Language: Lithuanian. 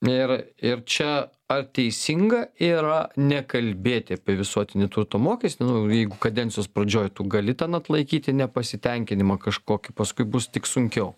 ir ir čia ar teisinga yra nekalbėti apie visuotinį turto mokestį nu nu jeigu kadencijos pradžioj tu gali ten atlaikyti nepasitenkinimą kažkokį paskui bus tik sunkiau